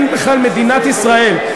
אין בכלל מדינת ישראל,